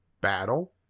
battle